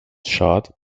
schad